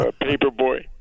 paperboy